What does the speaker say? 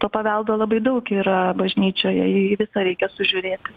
to paveldo labai daug yra bažnyčioje jį visą reikia sužiūrėti